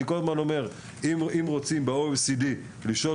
אני כל הזמן אומר: אם רוצים ב-OECD לשאול